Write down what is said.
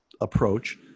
approach